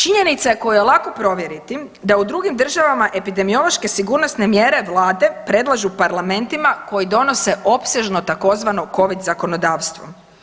Činjenica koje je lako provjeriti da u drugim državama epidemiološke sigurnosne mjere Vlade predlažu parlamentima koji donose opsežno tzv. Covid zakonodavstvo.